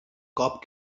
cop